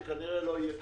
זה כנראה לא יהיה קיים.